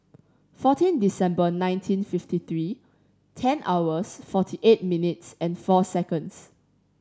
fourteen December nineteen fifty three ten hours forty eight minutes and four seconds